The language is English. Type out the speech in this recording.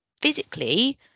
physically